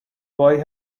boy